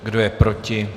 Kdo je proti?